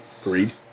Agreed